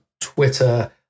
Twitter